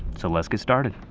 so let's get started.